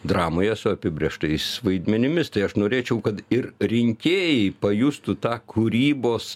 dramoje su apibrėžtais vaidmenimis tai aš norėčiau kad ir rinkėjai pajustų tą kūrybos